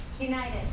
united